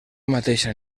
mateixa